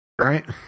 right